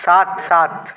सात सात